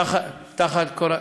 תחת קורת,